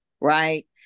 Right